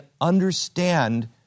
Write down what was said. understand